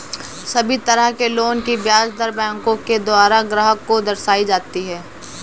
सभी तरह के लोन की ब्याज दर बैंकों के द्वारा ग्राहक को दर्शाई जाती हैं